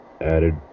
added